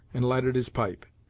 and lighted his pipe.